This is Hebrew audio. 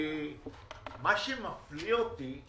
מה שמפליא אותי זה